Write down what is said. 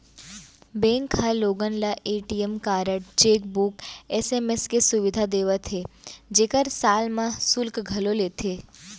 bank ह लोगन ल ए.टी.एम कारड, चेकबूक, एस.एम.एस के सुबिधा देवत हे जेकर साल म सुल्क घलौ लेथे